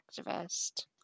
Activist